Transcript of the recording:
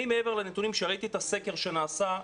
מעבר לנתונים שראיתי את הסקר שנעשה,